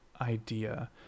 idea